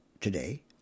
today